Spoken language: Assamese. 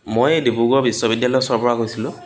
মই এই ডিব্ৰুগড় বিশ্ববিদ্যালয় ওচৰৰ পৰা কৈছিলোঁ